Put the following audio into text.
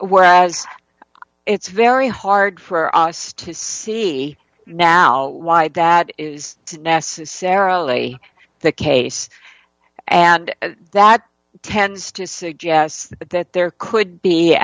whereas it's very hard for us to see now why that is necessarily the case and that tends to suggest that there could be